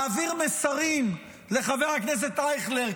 מעביר מסרים לחבר הכנסת אייכלר,